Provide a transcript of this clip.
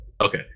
Okay